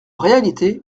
réalité